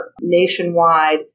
nationwide